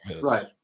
right